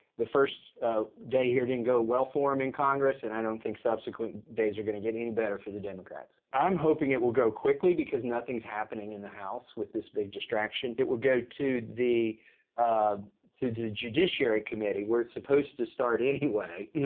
the first day here didn't go well for em in congress and i don't think subsequent days are going to get any better for the democrats. i'm hoping it will go quickly because nothing's happening in the house with this big distraction. it will go to the um to the judiciary committee where it's supposed to start anyway,